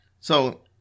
So-